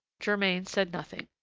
germain said nothing.